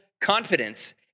confidence